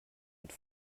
mit